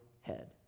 head